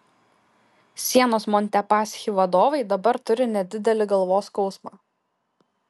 sienos montepaschi vadovai dabar turi nedidelį galvos skausmą